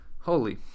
Holy